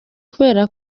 kubera